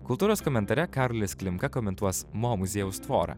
kultūros komentare karolis klimka komentuos mo muziejaus tvorą